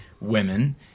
women